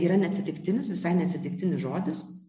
yra neatsitiktinis visai neatsitiktinai žodis